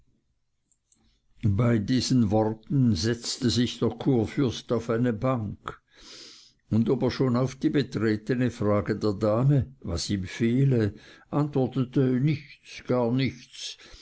bei diesen worten setzte sich der kurfürst auf eine bank und ob er schon auf die betretne frage der dame was ihm fehle antwortete nichts gar nichts